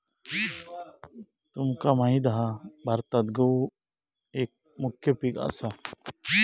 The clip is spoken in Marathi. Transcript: तुमका माहित हा भारतात गहु एक मुख्य पीक असा